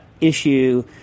issue